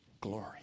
Glory